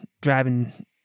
driving